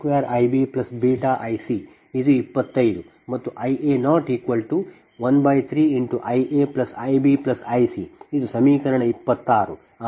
Ia213Ia2IbβIc ಇದು 25 ಮತ್ತು Ia013IaIbIc ಇದು ಸಮೀಕರಣ 26